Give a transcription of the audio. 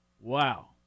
Wow